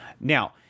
Now